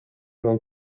non